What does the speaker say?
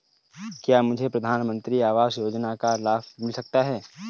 क्या मुझे प्रधानमंत्री आवास योजना का लाभ मिल सकता है?